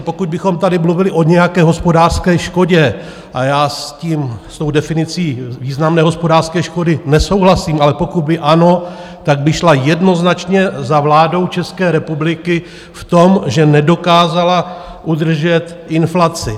Pokud bychom tady mluvili o nějaké hospodářské škodě a já s tím, s tou definicí významné hospodářské škody, nesouhlasím ale pokud by ano, tak by šla jednoznačně za vládou České republiky v tom, že nedokázala udržet inflaci.